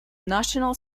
national